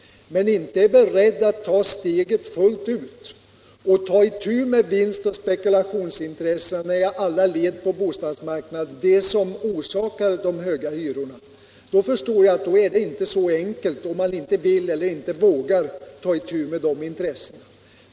Man är emellertid inte beredd att ta steget fullt ut. Man vill inte ta itu med de vinstoch spekulationsintressen i alla led på bostadsmarknaden som är orsaken till de höga hyrorna. Då är det naturligtvis inte så enkelt, när man inte vill ta itu med dessa intressen.